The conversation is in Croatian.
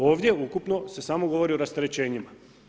Ovdje ukupno se samo govori o rasterećenjima.